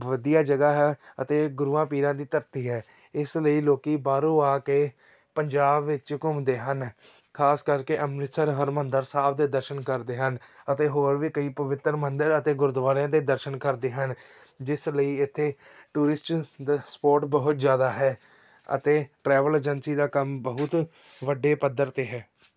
ਵਧੀਆ ਜਗ੍ਹਾ ਹੈ ਅਤੇ ਗੁਰੂਆਂ ਪੀਰਾਂ ਦੀ ਧਰਤੀ ਹੈ ਇਸ ਲਈ ਲੋਕ ਬਾਹਰੋਂ ਆ ਕੇ ਪੰਜਾਬ ਵਿੱਚ ਘੁੰਮਦੇ ਹਨ ਖਾਸ ਕਰਕੇ ਅੰਮ੍ਰਿਤਸਰ ਹਰਿਮੰਦਰ ਸਾਹਿਬ ਦੇ ਦਰਸ਼ਨ ਕਰਦੇ ਹਨ ਅਤੇ ਹੋਰ ਵੀ ਕਈ ਪਵਿੱਤਰ ਮੰਦਿਰ ਅਤੇ ਗੁਰਦੁਆਰਿਆਂ ਦੇ ਦਰਸ਼ਨ ਕਰਦੇ ਹਨ ਜਿਸ ਲਈ ਇੱਥੇ ਟੂਰਿਸਟ ਦੇ ਸਪੋਟ ਬਹੁਤ ਜ਼ਿਆਦਾ ਹੈ ਅਤੇ ਟਰੈਵਲ ਏਜੰਸੀ ਦਾ ਕੰਮ ਬਹੁਤ ਵੱਡੇ ਪੱਧਰ 'ਤੇ ਹੈ